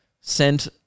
sent-